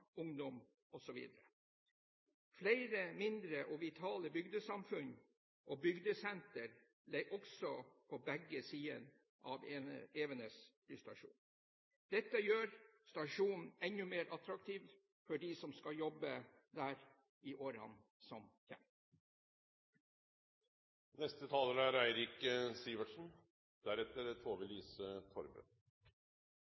ungdom osv. Flere mindre og vitale bygdesamfunn og bygdesenter ligger også på begge sider av Evenes flystasjon. Dette gjør flystasjonen enda mer attraktiv for dem som skal jobbe der i årene som